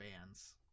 bands